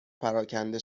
پراکنده